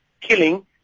killing